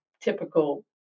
typical